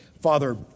Father